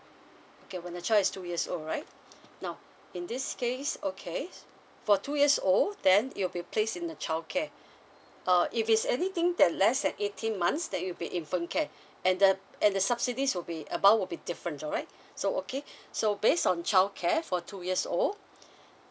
okay when the child is two years old right now in this case okay for two years old then it will be placed in a childcare uh if it's anything that less than eighteen months that will be infant care and the and the subsidies would be amount would be different all right so okay so based on childcare for two years old